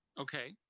okay